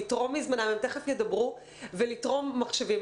לתרום מזמנם הם תכף ידברו ולתרום מחשבים.